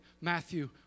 Matthew